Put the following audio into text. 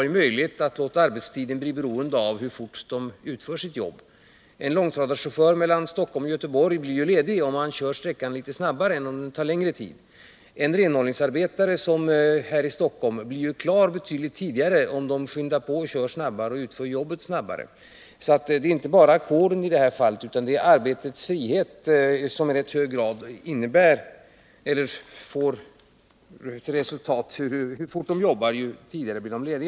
Deras arbetstid blir beroende av hur fort de utför sitt jobb. En långtradarchaufför som kör mellan Stockholm och Göteborg blir ledig tidigare om han kör sträckan litet snabbare än om den tar längre tid. Renhållningsarbetare här i Stockholm blir klara betydligt tidigare på dagen om de kör snabbare och utför jobbet snabbare. Det är alltså inte bara ackorden som kan få den här effekten. Arbetets frihet gör att ju snabbare man jobbar desto tidigare blir man ledig.